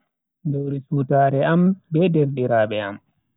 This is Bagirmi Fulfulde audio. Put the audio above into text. lewru siwtaare am be derdiraabe am.